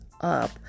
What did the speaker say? up